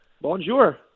Bonjour